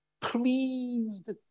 pleased